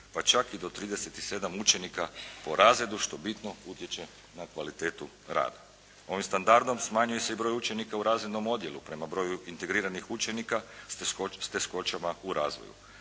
pa čak i do 37 učenika po razredu što bitno utječe na kvalitetu rada. Ovim standardom smanjuje se i broj učenika u razrednom odjelu, prema broju integriranih učenika s teškoćama u razvoju.